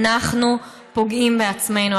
אנחנו פוגעים בעצמנו,